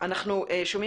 נמצא